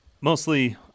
mostly